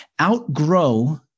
Outgrow